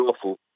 awful